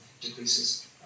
decreases